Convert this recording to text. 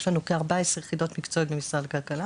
יש לנו כ-14 יחידות מקצועיות במשרד הכלכלה